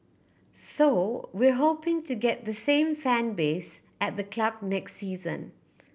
so we're hoping to get the same fan base at the club next season